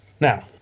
Now